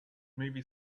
movie